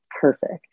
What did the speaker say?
perfect